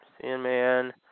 Sandman